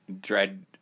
dread